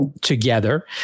together